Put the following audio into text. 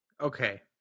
Okay